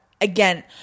again